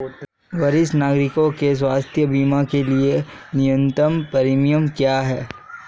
वरिष्ठ नागरिकों के स्वास्थ्य बीमा के लिए न्यूनतम प्रीमियम क्या है?